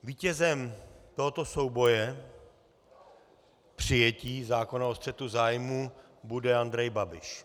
Vítězem tohoto souboje, přijetí zákona o střetu zájmů, bude Andrej Babiš.